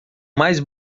mais